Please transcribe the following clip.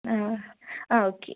ah ah okay